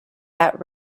that